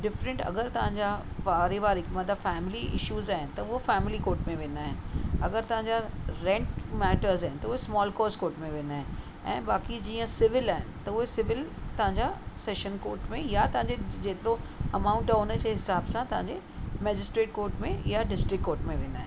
different अगरि तव्हांजा पारिवारीक मतलबु फ़ैमिली इश्युज़ आहिनि त उहे फ़ैमिली कोर्ट में वेंदा आहिनि अगरि तव्हांजा रेंट मैटर्स आहिनि त उहे स्मॉल कोज़ कोर्ट में वेंदा आहिनि ऐं बाक़ी जीअं सिविल आहे त उहे सिविल तव्हांजा सेशन कोर्ट में या तव्हांजो जेतिरो अमाउंट आहे हुनजे हिसाब सां तव्हांजे मैजिस्ट्रेट कोर्ट में या डिस्ट्रिक्ट कोर्ट में वेंदा आहिनि